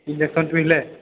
injection